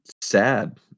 sad